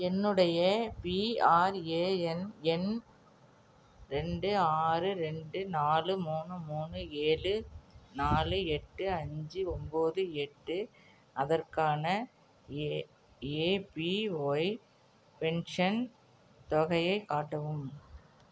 என்னுடைய பிஆர்ஏஎன் எண் ரெண்டு ஆறு ரெண்டு நாலு மூணு மூணு ஏழு நாலு எட்டு அஞ்சு ஒம்பது எட்டு அதற்கான ஏ ஏபிஒய் பென்ஷன் தொகையைக் காட்டவும்